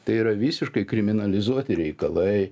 tai yra visiškai kriminalizuoti reikalai